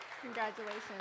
Congratulations